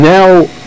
Now